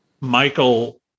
michael